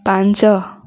ପାଞ୍ଚ